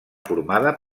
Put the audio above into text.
formada